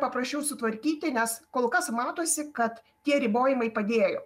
paprasčiau sutvarkyti nes kol kas matosi kad tie ribojimai padėjo